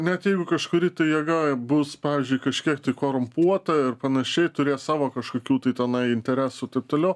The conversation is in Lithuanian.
net jeigu kažkuri tai jėga bus pavyzdžiui kažkiek tai korumpuota ir panašiai turės savo kažkokių tai tenai interesų taip toliau